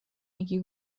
یکی